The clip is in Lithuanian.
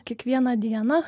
kiekvieną dieną